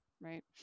right